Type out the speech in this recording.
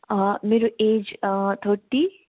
मेरो age thirty